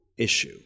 issue